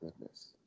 goodness